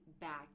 back